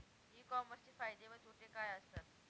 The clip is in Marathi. ई कॉमर्सचे फायदे व तोटे काय असतात?